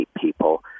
people